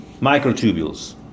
Microtubules